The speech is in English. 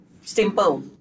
simple